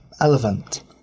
Elephant